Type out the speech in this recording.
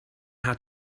how